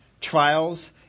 trials